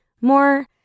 more